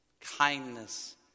kindness